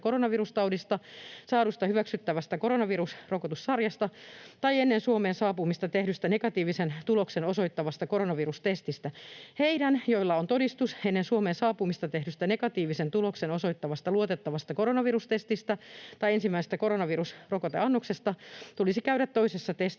koronavirustaudista, saadusta hyväksyttävästä koronavirusrokotussarjasta tai ennen Suomeen saapumista tehdystä negatiivisen tuloksen osoittavasta koronavirustestistä. Heidän, joilla on todistus ennen Suomeen saapumista tehdystä negatiivisen tuloksen osoittavasta luotettavasta koronavirustestistä tai ensimmäisestä koronavirusrokoteannoksesta, tulisi käydä toisessa testissä